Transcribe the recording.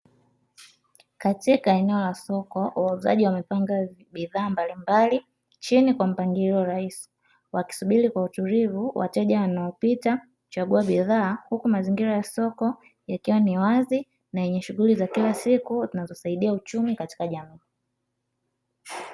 Katika eneo la soko, wauzaji wamepanga bidhaa mbalimbali chini kwa mpangilio rahisi, wakisubiri kwa utulivu wateja wanaopita kuchagua bidhaa, huku mazingira ya soko yakiwa ni wazi na yenye shughuli za kila siku zinazosaidia uchumi katika jamii